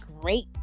great